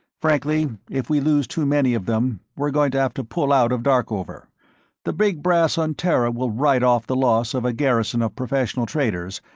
frankly, if we lose too many of them, we're going to have to pull out of darkover the big brass on terra will write off the loss of a garrison of professional traders,